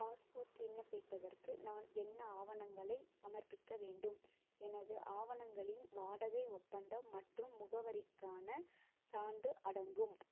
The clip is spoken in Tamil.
பாஸ்போர்ட் விண்ணப்பிப்பதற்கு நான் என்ன ஆவணங்களை சமர்ப்பிக்க வேண்டும் எனது ஆவணங்களின் வாடகை ஒப்பந்தம் மற்றும் முகவரிக்கான சான்று அடங்கும்